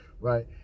Right